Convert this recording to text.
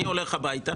אני הולך הביתה,